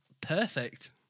perfect